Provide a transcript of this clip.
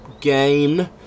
game